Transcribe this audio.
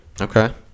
Okay